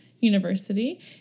University